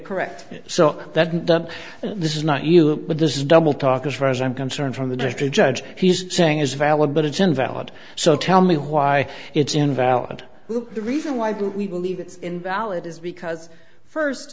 correct so that this is not you but this is double talk as far as i'm concerned from the district judge he's saying is valid but it's invalid so tell me why it's invalid the reason why do we believe it's invalid is because first